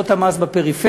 להטבות המס בפריפריה,